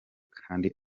kandi